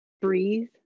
breathe